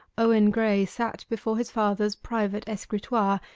owen graye sat before his father's private escritoire,